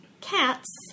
Cats